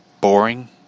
boring